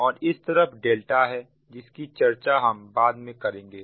और इस तरफ डेल्टा है जिसकी चर्चा हम बाद में करेंगे